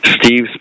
Steve's